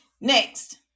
Next